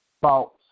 False